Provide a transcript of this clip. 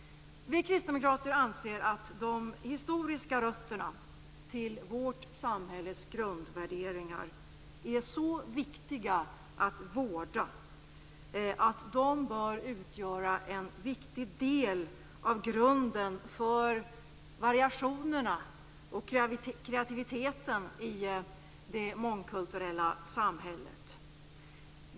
Vi kristdemokrater anser att de historiska rötterna till vårt samhälles grundvärderingar är så viktiga att vårda att de bör utgöra en viktig del av grunden för variationerna och kreativiteten i det mångkulturella samhället.